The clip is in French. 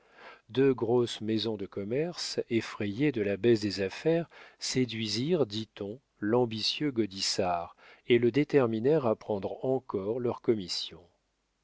deux grosses maisons de commerce effrayées de la baisse des affaires séduisirent dit-on l'ambitieux gaudissart et le déterminèrent à prendre encore leurs commissions